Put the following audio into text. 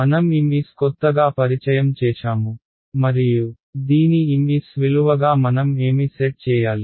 మనం Ms కొత్తగా పరిచయం చేశాము మరియు దీని Ms విలువగా మనం ఏమి సెట్ చేయాలి